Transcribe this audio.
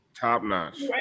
top-notch